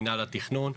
מינהל התכנון,